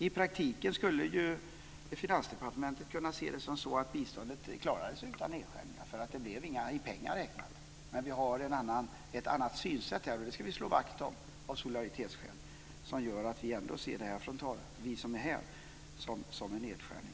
I praktiken skulle Finansdepartementet kunna se det som att biståndet klarade sig utan nedskärningar, för det blev inga i pengar räknat. Men vi har ett annat synsätt - det ska vi slå vakt om av solidaritetsskäl - som gör att vi som är här ändå ser det här som en nedskärning.